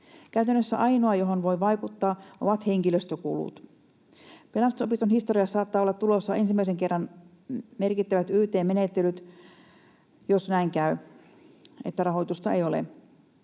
Käytännössä ainoa, johon voi vaikuttaa, ovat henkilöstökulut. Pelastusopiston historiassa saattaa olla tulossa ensimmäisen kerran merkittävät yt-menettelyt, jos näin käy, että rahoitusta ei ole.